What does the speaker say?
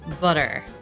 butter